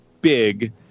big